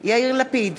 יאיר לפיד,